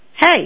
hey